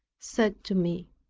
said to me,